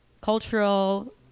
cultural